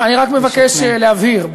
אני רק מבקש להבהיר.